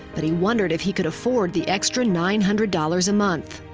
but he wondered if he could afford the extra nine hundred dollars a month.